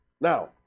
Now